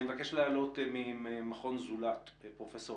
אני מבקש להעלות ממכון זולת את פרופ'